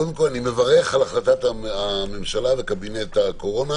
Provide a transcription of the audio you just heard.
קודם כל, אני מברך על החלטת הממשלה וקבינט הקורונה